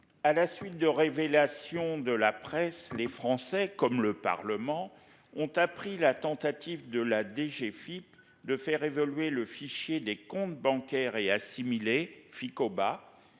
À la suite de révélations de la presse, les Français comme le Parlement ont appris la tentative de la DGFIP de faire évoluer le fichier des comptes bancaires et assimilés Ficoba.